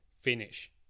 finish